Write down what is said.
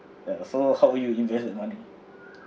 ya so how will you invest money